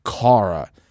Kara